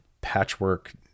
patchwork